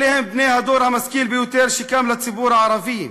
אלה הם בני הדור המשכיל ביותר שקם לציבור הערבי,